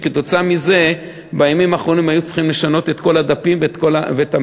וכתוצאה מזה בימים האחרונים היו צריכים לשנות את כל הדפים והמספרים.